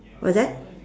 what's that